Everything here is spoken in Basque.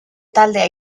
taldea